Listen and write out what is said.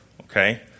okay